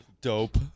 dope